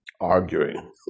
arguing